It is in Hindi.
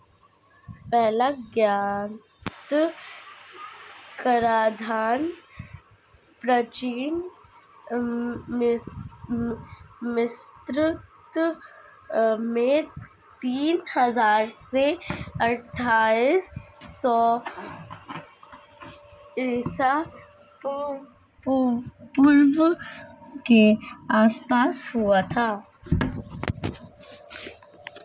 पहला ज्ञात कराधान प्राचीन मिस्र में तीन हजार से अट्ठाईस सौ ईसा पूर्व के आसपास हुआ था